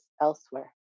elsewhere